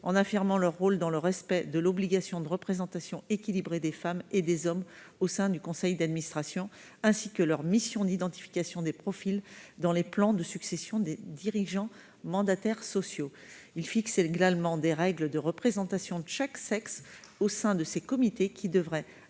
spécialisés dans le respect de l'obligation de représentation équilibrée des femmes et des hommes au sein du conseil d'administration, ainsi que leur mission d'identification des profils dans les plans de succession des dirigeants mandataires sociaux. Il tend également à fixer des règles de représentation de chaque sexe au sein de ces comités, lesquels devraient